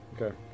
Okay